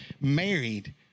married